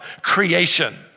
creation